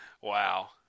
Wow